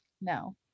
No